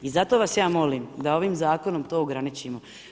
I zato vas ja molim da ovim zakonom to ograničimo.